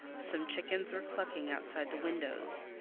some chickens were clucking outside the windows,